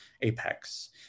Apex